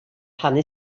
rhannu